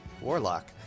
warlock